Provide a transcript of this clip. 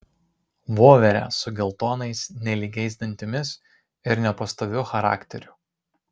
voverę su geltonais nelygiais dantimis ir nepastoviu charakteriu